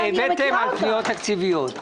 הבאתם פניות תקציביות,